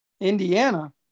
indiana